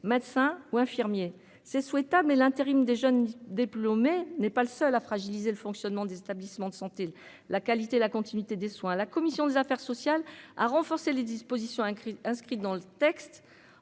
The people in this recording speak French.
médecins ou infirmiers c'est souhaitable, mais l'intérim des jeunes diplômés, n'est pas le seul à fragiliser le fonctionnement des établissements de santé, la qualité, la continuité des soins, la commission des affaires sociales a renforcé les dispositions inscrite dans le texte,